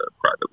private